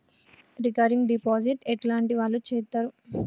Recurring deposit ఎట్లాంటి వాళ్లు చేత్తరు?